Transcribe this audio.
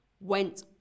went